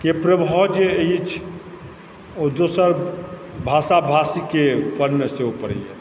के प्रभाव जे अछि ओ दोसर भाषा भाषीके परमे सेहो पड़ैए